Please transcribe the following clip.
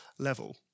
level